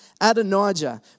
Adonijah